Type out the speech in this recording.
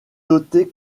noter